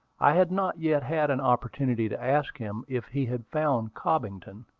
i had not yet had an opportunity to ask him if he had found cobbington,